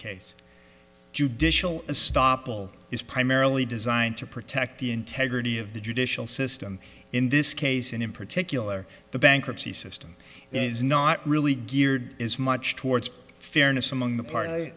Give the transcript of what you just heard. case judicial stoppel is primarily designed to protect the integrity of the judicial system in this case and in particular the bankruptcy system is not really geared as much towards fairness among the part i